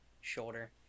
shoulder